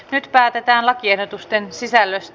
nyt päätetään lakiehdotusten sisällöstä